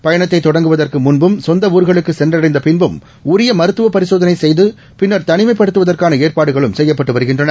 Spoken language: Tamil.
பயணத்தைதொடங்குவதற்குமுன்பும் சொந்தஊர்களுக்குசென்றடைந்தபின்பும் உரியமருத்துவப் பரிசோதனைசெய்துபின்னர் தனிமைப்படுத்துவதற்கானஏற்பாடுகளும் செய்யப்பட்டுவருகின்றன